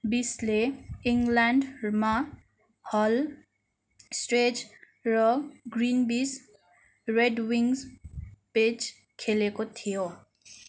बिस्ले इङ्ग्ल्यान्डमा हल स्ट्रेज र ग्रिनविच रेड विङ्स बिच खेलेको थियो